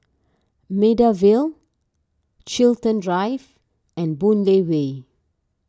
Maida Vale Chiltern Drive and Boon Lay Way